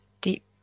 deep